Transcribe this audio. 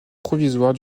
provisoire